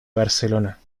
barcelona